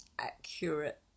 accurate